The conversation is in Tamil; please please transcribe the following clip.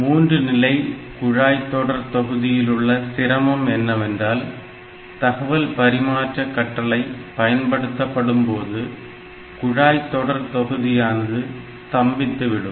3 நிலை குழாய்தொடர்தொகுதியிலுள்ள சிரமம் என்னவென்றால் தகவல் பரிமாற்ற கட்டளை பயன்படுத்தப்படும்போது குழாய்தொடர்தொகுதியானது ஸ்தம்பித்து விடும்